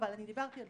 אבל אני דיברתי על